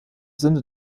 sinne